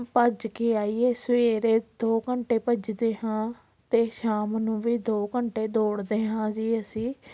ਭੱਜ ਕੇ ਆਈਏ ਸਵੇਰੇ ਦੋ ਘੰਟੇ ਭੱਜਦੇ ਹਾਂ ਅਤੇ ਸ਼ਾਮ ਨੂੰ ਵੀ ਦੋ ਘੰਟੇ ਦੌੜਦੇ ਹਾਂ ਜੀ ਅਸੀਂ